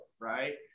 right